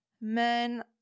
Men